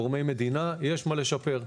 גורמי מדינה יש מה לשפר.